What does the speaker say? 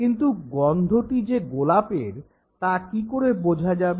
কিন্তু গন্ধটি যে গোলাপের তা কী করে বোঝা যাবে